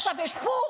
עכשיו יש פוך.